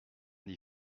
bien